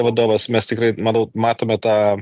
vadovas mes tikrai manau matome tą